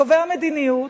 קובעי המדיניות,